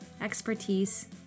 expertise